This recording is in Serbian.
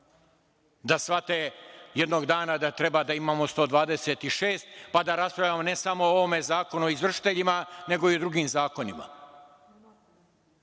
da shvate jednog dana da treba da imamo 126, pa da raspravljamo ne samo o ovome zakonu o izvršiteljima, nego i o drugim zakonima.